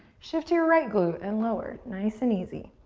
shift to your right glute and lower, nice and easy.